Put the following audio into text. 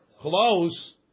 close